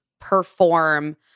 perform